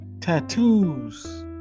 tattoos